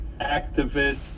activist